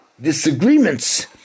disagreements